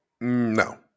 No